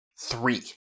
Three